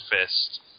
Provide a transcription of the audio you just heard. fist